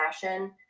fashion